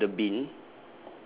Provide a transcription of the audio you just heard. second one is the bin